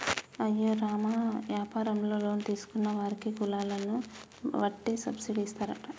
అయ్యో రామ యాపారంలో లోన్ తీసుకున్న వారికి కులాలను వట్టి సబ్బిడి ఇస్తారట